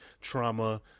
trauma